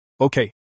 Okay